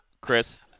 Chris